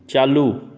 चालू